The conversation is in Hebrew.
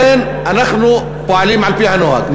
לכן אנחנו פועלים על-פי הנוהג.